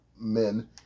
men